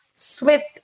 Swift